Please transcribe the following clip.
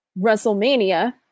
wrestlemania